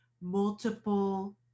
multiple